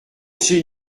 c’est